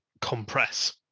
compress